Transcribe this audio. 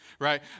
right